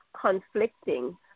conflicting